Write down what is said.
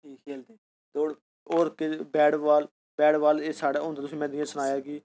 और bat ball bat ball एह् साढ़े होंदे में तुसें गी सनाया कि